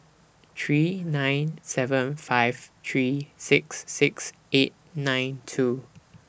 three nine seven five three six six eight nine two